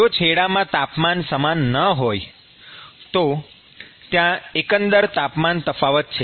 જો છેડામાં તાપમાન સમાન ન હોય તો ત્યાં એકંદર તાપમાન તફાવત છે